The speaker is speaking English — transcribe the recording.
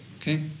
Okay